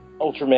Ultraman